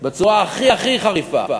בצורה הכי הכי חריפה.